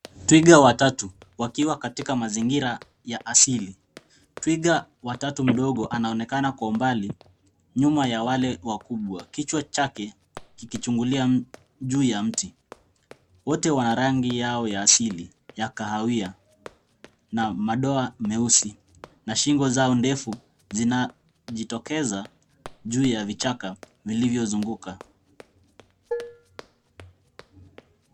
Twiga watatu wakiwa katika mazingira ya asili. Twiga wa tatu mdogo anaonekana kwa umbali, nyuma ya wale wakubwa. Kichwa chake kikichungulia juu ya mti. Wote wana rangi yao ya asili ya kahawia na madoa meusi. Na shingo zao ndefu zinajitokeza juu ya vichaka vilivyozunguka.